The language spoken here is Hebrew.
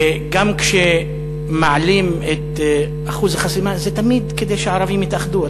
גם כשמעלים את אחוז החסימה זה תמיד כדי שהערבים יתאחדו.